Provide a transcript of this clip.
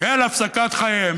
אל הפסקת חייהם.